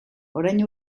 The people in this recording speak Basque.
orain